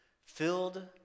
filled